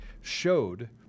showed